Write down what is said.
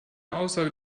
aussage